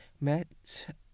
met